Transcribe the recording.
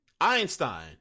Einstein